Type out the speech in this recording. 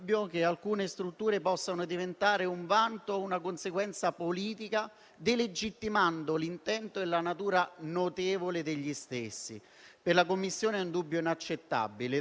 Per la Commissione è un dubbio inaccettabile. Allora occorrono criteri di distribuzione economica categorici e omogenei e requisiti strutturali e professionali obbligatori per i vari centri antiviolenza;